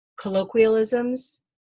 colloquialisms